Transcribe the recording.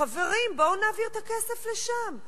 חברים, בואו נעביר את הכסף לשם.